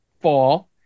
fall